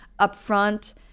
upfront